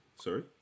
Sorry